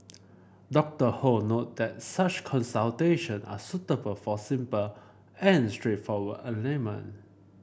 Doctor Ho noted that such consultation are suitable for simple and straightforward ailment